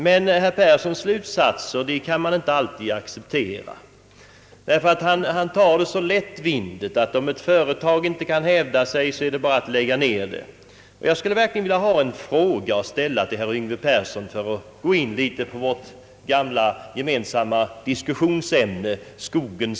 Herr Perssons slutsatser kan man emellertid inte acceptera. Han tar nämligen så lättvindigt på problemen. Om ett företag inte kan hävda sig, återstår enligt herr Persson ingenting annat än att lägga ned det. Jag skulle vilja ställa en fråga till herr Persson och därmed gå in på vårt gemensamma diskussionsämne, skogen.